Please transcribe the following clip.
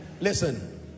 Listen